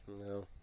No